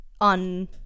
on